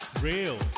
real